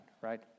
right